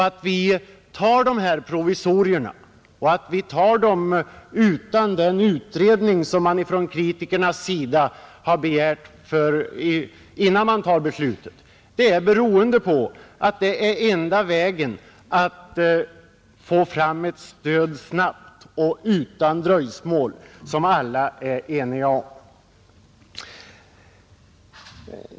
Att vi tar dessa provisorier — och utan den föregående utredning som från kritikernas sida har begärts — beror på att det är enda vägen att snabbt och utan dröjsmål få fram ett stöd som alla är eniga om.